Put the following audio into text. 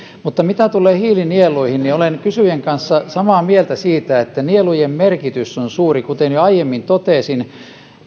mutta mitä tulee hiilinieluihin olen kysyjän kanssa samaa meiltä siitä että nielujen merkitys on suuri kuten jo aiemmin totesin